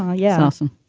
yeah. awesome.